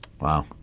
Wow